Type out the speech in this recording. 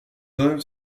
œuvres